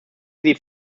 sie